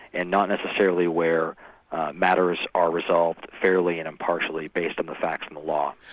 and not necessarily where matters are resolved fairly and impartially, based on the facts and the law.